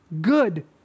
Good